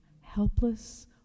helpless